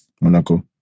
Monaco